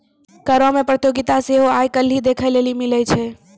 करो मे प्रतियोगिता सेहो आइ काल्हि देखै लेली मिलै छै